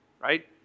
right